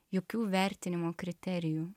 jokių vertinimo kriterijų